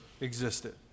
existed